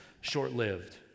short-lived